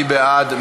מי בעד?